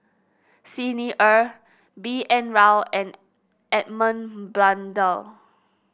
Xi Ni Er B N Rao and Edmund Blundell